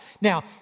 Now